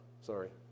Sorry